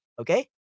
Okay